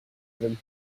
them